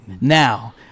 Now